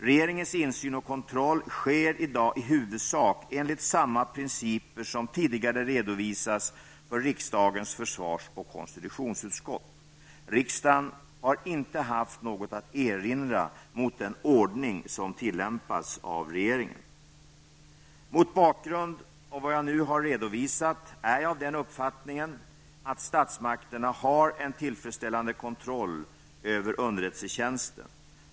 Regeringens insyn och kontroll sker i dag i huvudsak enligt samma principer som tidigare redovisats för riksdagens försvars och konstitutionsutskott. Riksdagen har inte haft något att erinra mot den ordning som tillämpas av regeringen. Mot bakgrund av vad jag nu har redovisat är jag av den uppfattningen att statsmakterna har en tillfredsställande kontroll över underrättelsetjänsten.